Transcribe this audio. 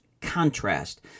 contrast